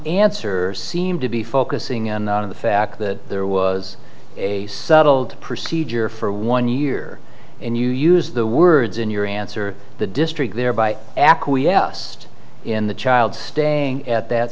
answer seem to be focusing on the fact that there was a settled procedure for one year and you use the words in your answer the district thereby acquiesced in the child staying at that